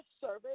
service